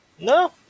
No